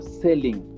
selling